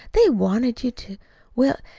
they wanted you to well,